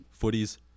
footies